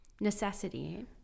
Necessity